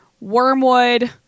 Wormwood